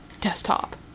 desktop